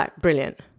brilliant